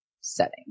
setting